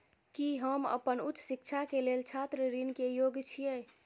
की हम अपन उच्च शिक्षा के लेल छात्र ऋण के योग्य छियै?